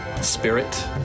spirit